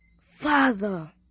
father